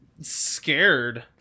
scared